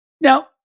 Now